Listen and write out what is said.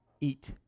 eat